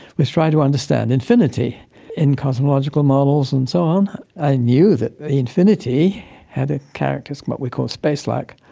was trying to understand infinity in cosmological models and so on, i knew that infinity had a character, what we call space like,